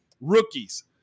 rookies